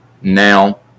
now